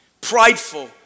prideful